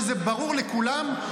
שזה ברור לכולם,